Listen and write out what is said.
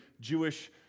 Jewish